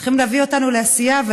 צריכים להביא אותנו לעשייה,